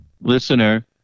Listener